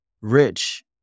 rich